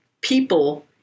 people